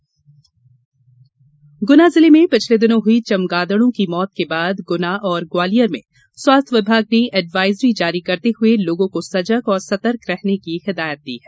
Nipah virus Guna जिले में पिछले दिनों हुई चमगादड़ों की मौत के बाद गुना और ग्वालियर में स्वास्थ्य विभाग ने एडवाइजरी जारी करते हुये लोगो को सजग और सतर्क रहने की हिदायत दी है